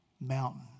mountain